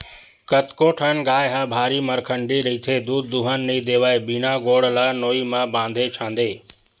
कतको ठन गाय ह भारी मरखंडी रहिथे दूद दूहन नइ देवय बिना गोड़ ल नोई म बांधे छांदे